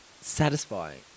satisfying